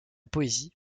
poésie